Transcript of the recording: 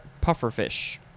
pufferfish